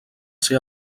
ser